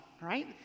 right